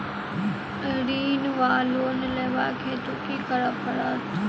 ऋण वा लोन लेबाक हेतु की करऽ पड़त?